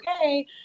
okay